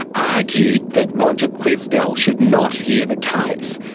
argued that roger clisdell should not hear the case.